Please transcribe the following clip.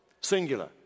singular